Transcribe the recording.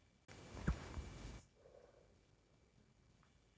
public bank ಅಂದುರ್ bank ನಾಗ್ ಗೌರ್ಮೆಂಟ್ದು ಜಾಸ್ತಿ ಶೇರ್ ಇರ್ತುದ್